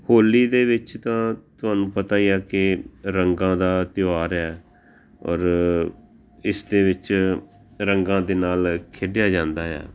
ਹੋਲੀ ਦੇ ਵਿੱਚ ਤਾਂ ਤੁਹਾਨੂੰ ਪਤਾ ਹੀ ਹੈ ਕਿ ਰੰਗਾਂ ਦਾ ਤਿਉਹਾਰ ਹੈ ਔਰ ਇਸ ਦੇ ਵਿੱਚ ਰੰਗਾਂ ਦੇ ਨਾਲ ਖੇਡਿਆ ਜਾਂਦਾ ਆ